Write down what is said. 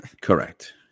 Correct